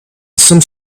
some